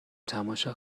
تماشا